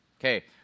Okay